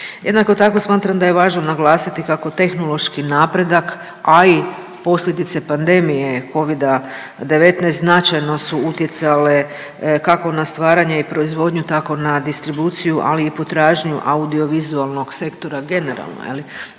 Jednako tako smatram da je važno naglasiti kako tehnološki napredak, a i posljedice pandemije Covida-19 značajno su utjecale kako na stvaranje i proizvodnju tako na distribuciju ali i potražnju audio vizualnog sektora generalno